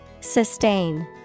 Sustain